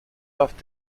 off